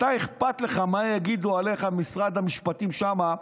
אתה, אכפת לך מה יגידו עליך במשרד המשפטים שם.